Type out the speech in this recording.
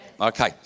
okay